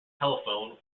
telephone